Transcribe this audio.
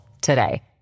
today